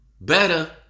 better